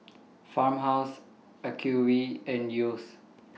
Farmhouse Acuvue and Yeo's